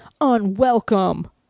unwelcome